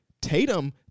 Tatum